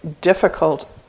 difficult